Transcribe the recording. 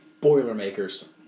Boilermakers